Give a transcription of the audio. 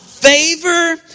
favor